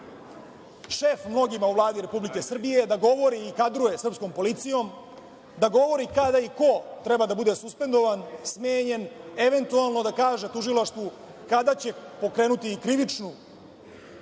šef mnogima u Vladi Republike Srbije, da govori i kadruje srpskom policijom, da govori kada i ko treba da bude suspendovan, smenjen, eventualno da kaže Tužilaštvu kada će pokrenuti krivičnu